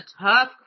tough